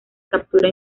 captura